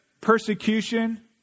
persecution